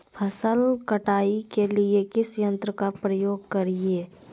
फसल कटाई के लिए किस यंत्र का प्रयोग करिये?